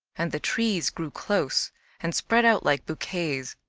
and the trees grew close and spread out like bouquets.